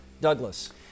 Douglas